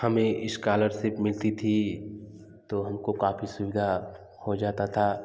हमें इस्कॉलरशिप मिलती थी तो हमको काफ़ी सुविधा हो जाता था